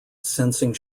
sensing